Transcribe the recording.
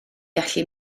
gallu